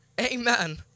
amen